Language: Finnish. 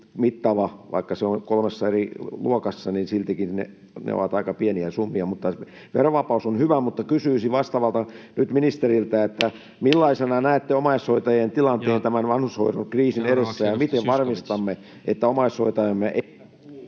Vaikka se on kolmessa eri luokassa, niin siltikin ne ovat aika pieniä summia. Verovapaus on hyvä, mutta kysyisin nyt vastaavalta ministeriltä: millaisena näette omaishoitajien tilanteen tämän vanhushoidon kriisin edessä, ja miten varmistamme, että omaishoitajamme